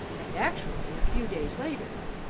and actually, a few days later,